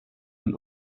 and